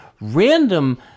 random